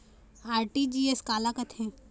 RTGS काला कथें?